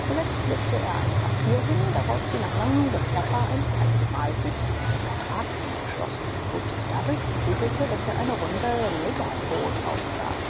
zuletzt legte er ein papier hin darauf sie nach langem geplapper ein zeichen malten ein vertrag schien geschlossen den jobst dadurch besiegelte daß er eine runde niggertod ausgab